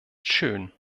schön